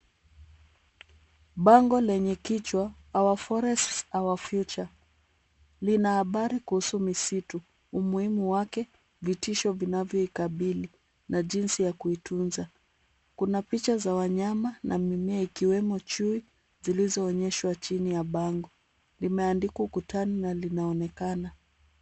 Bango lenye kichwa our forest our future lina habari kuhusu misitu, umuhimu wake, vitisho vinavyoikabili na jinsi ya kuitunza. Kuna picha za wanyama na mimea ikiwemo chui zilizoonyeshwa chini ya bango. Limeandikwa ukutani na linaonekana.